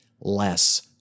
less